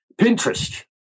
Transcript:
Pinterest